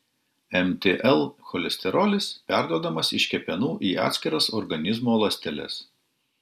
mtl cholesterolis perduodamas iš kepenų į atskiras organizmo ląsteles